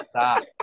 stop